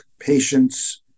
patients